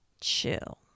chill